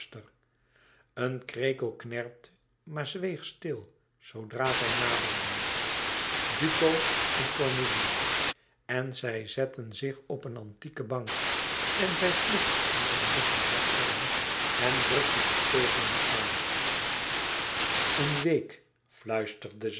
een krekel knerpte maar zweeg stil zoodra zij naderden duco en cornélie en zij zetten zich op een antieke bank en zij sloeg om zijn lichaam haar armen en drukte hem tegen zich aan en week fluisterde